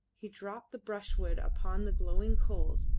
he dropped the brushwood upon the glowing coals,